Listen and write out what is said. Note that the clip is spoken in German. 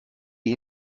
die